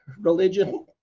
religion